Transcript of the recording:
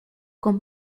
con